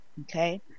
okay